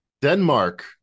Denmark